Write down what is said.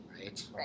right